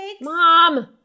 Mom